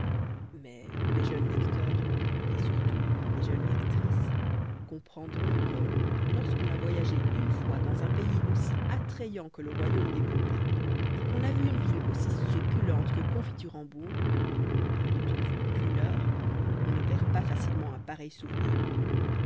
mais mes jeunes lecteurs et surtout mes jeunes lectrices comprendront que lorsqu'on a voyagé une fois dans un pays aussi attrayant que le royaume des poupées et qu'on a vu une ville aussi succulente que confiturembourg ne leût on vue qu'une heure on ne perd pas facilement un pareil souvenir